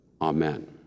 Amen